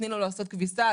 תני לו לעשות כביסה,